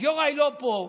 אז יוראי לא פה,